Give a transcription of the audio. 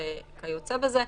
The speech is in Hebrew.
וכיוצא בזה.